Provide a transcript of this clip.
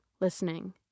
listening